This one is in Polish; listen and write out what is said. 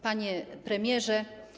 Panie Premierze!